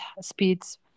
speeds